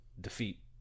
defeat